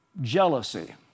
Jealousy